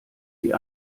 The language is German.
sie